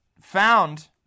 found